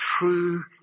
true